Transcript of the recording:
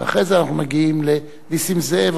ואחרי זה אנחנו מגיעים לנסים זאב.